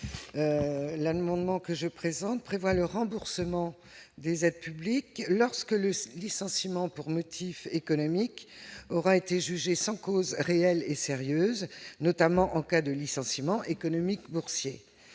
Fabien Guez donc je présente prévoit le remboursement des aides publiques lorsque le licenciement pour motif économique aura été jugé sans cause réelle et sérieuse, notamment en cas de licenciement économique boursier